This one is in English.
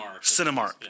Cinemark